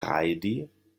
rajdi